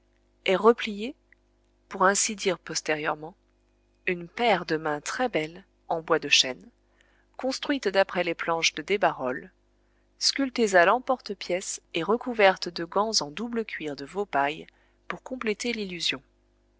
est repliée pour ainsi dire postérieurement une paire de mains très belles en bois de chêne construites d'après les planches de desbarolles sculptées à l'emporte-pièce et recouvertes de gants en double cuir de veau paille pour compléter l'illusion